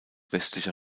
westlicher